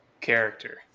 character